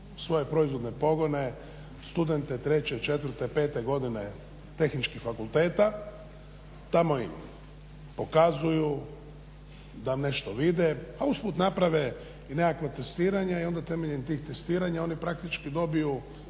svoje proizvodne pogone studente 3., 4., 5.godine tehničkih fakulteta. Tamo im pokazuju da nešto vide a usput naprave nekakva testiranja i onda temeljem tih testiranja oni praktički dobiju